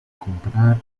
comprar